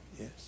Yes